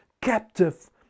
captive